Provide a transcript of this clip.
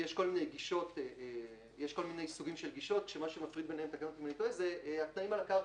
יש כל מיני סוגים של גישות שמה שמפריד ביניהם זה התנאים על הקרקע.